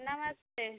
नमस्ते